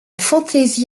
fantasy